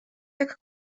jak